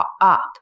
up